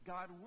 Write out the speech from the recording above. God